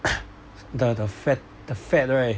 the the fat the fat right